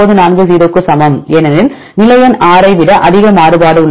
940 க்கு சமம் ஏனெனில் நிலை எண் 6 ஐ விட அதிக மாறுபாடு உள்ளது